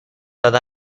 داده